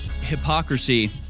hypocrisy